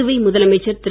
புதுவை முதலமைச்சர் திரு